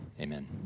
amen